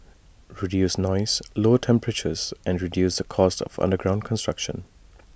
reduce noise lower temperatures and reduce the cost of underground construction